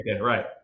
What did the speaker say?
Right